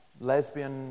lesbian